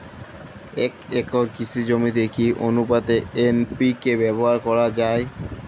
এক একর কৃষি জমিতে কি আনুপাতে এন.পি.কে ব্যবহার করা হয়?